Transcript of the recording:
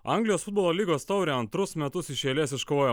anglijos futbolo lygos taurę antrus metus iš eilės iškovojo